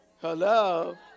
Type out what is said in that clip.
Hello